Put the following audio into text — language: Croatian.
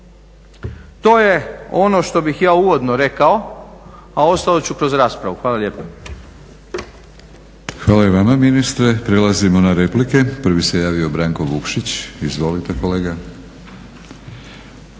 to je ono što bih ja uvodno rekao a ostalo ću kroz raspravu. Hvala lijepa. **Batinić, Milorad (HNS)** Hvala i vama ministre. Prelazimo na replike. Prvi se javio Branko Vukšić, izvolite kolega.